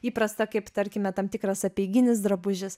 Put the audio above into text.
įprasta kaip tarkime tam tikras apeiginis drabužis